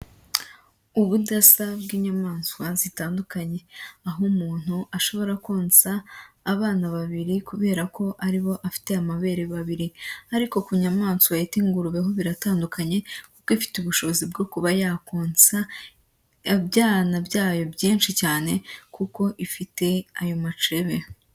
Ubudasa bw'inyamaswa zitandukanye aho umuntu ashobora konsa abana babiri, kubera ko ari bo afite amabere babiri, ariko ku nyamaswa yitwa ingurube ho biratandukanye, kuko ifite ubushobozi bwo kuba yakonsa ibyana byayo byinshi cyane, kuko ifite ayo macebe.